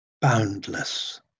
boundless